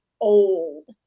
old